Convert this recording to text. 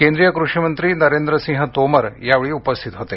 केंद्रीय कृषी मंत्री नरेंद्र सिंह तोमर यावेळी उपस्थित होते